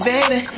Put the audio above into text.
Baby